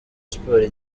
sports